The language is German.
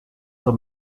zur